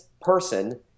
person